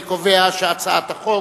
אני קובע שהצעת החוק